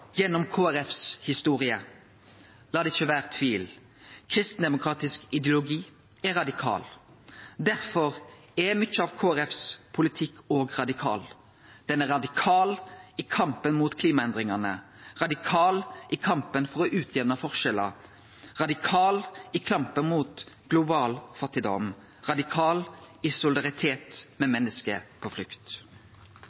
gjennom Kristeleg Folkepartis historie. Lat det ikkje vere tvil: Kristendemokratisk ideologi er radikal. Derfor er mykje av Kristeleg Folkepartis politikk òg radikal. Han er radikal i kampen mot klimaendringane, radikal i kampen for å jamne ut forskjellar, radikal i kampen mot global fattigdom, radikal i solidaritet med